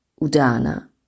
Udana